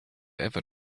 ever